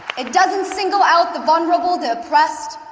it doesn't single out the vulnerable, the oppressed,